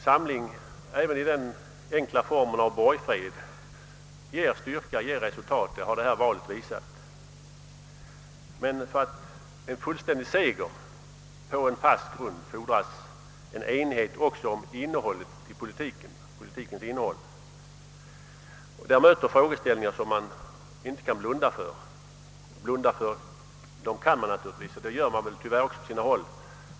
Samling även i den enkla formen av borgfred ger styrka och resultat. Det har detta val visat. Men för en fullständig seger på en fast grund fordras även en enighet om politikens innehåll, och därvidlag möter frågeställningar som man inte kan blunda för, även om man tyvärr ändå gör så på sina håll.